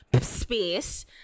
space